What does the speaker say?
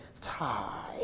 Tie